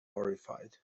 horrified